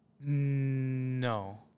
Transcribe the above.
No